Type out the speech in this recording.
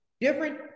different